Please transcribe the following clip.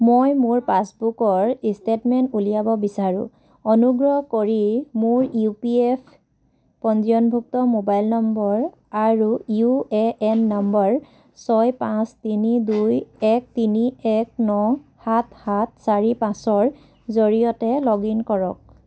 মই মোৰ পাছবুকৰ ষ্টে'টমেণ্ট উলিয়াব বিচাৰোঁ অনুগ্ৰহ কৰি মোৰ ইউ পি এফ পঞ্জীয়নভুক্ত মোবাইল নম্বৰ আৰু ইউ এ এন নম্বৰ ছয় পাঁচ তিনি দুই এক তিনি এক ন সাত সাত চাৰি পাঁচ ৰ জৰিয়তে লগ ইন কৰক